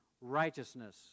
righteousness